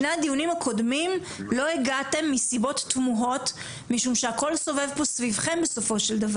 אני צריך לתת תשובה למורים שעומדים מולי בוועדות שאני עומד בראשן,